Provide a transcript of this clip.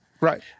Right